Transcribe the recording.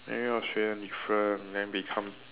ah ya 学历分 then become